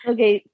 Okay